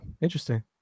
interesting